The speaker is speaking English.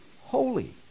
holy